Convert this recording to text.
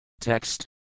Text